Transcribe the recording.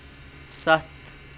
ستھ